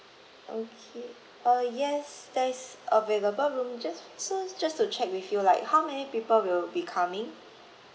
okay uh yes there is available room just so just to check with you like how many people will be coming